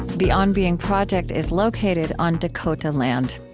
the on being project is located on dakota land.